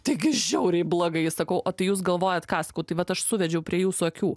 taigi žiauriai blogai sakau o tai jūs galvojat ką sakau vat aš suvedžiau prie jūsų akių